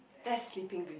that's Sleeping Beaut~